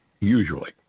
usually